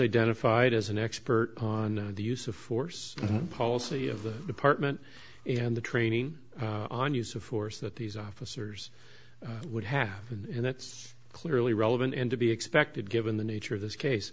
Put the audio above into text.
identified as an expert on the use of force policy of the department and the training on use of force that these officers would happen and it's clearly relevant and to be expected given the nature of this case